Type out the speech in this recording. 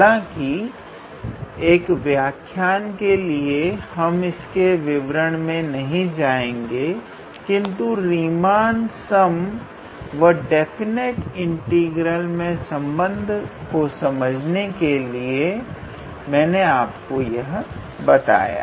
हालांकि एक व्याख्यायन के लिए हम उसके विवरण में नहीं जाएंगे किंतु रीमान सम व डेफिनिटी इंटीग्रल में संबंध को समझाने के लिए मैंने आपको यह बताया